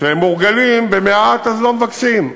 כשמורגלים במעט אז לא מבקשים,